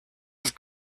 with